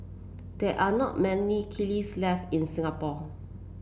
there are not many kilns left in Singapore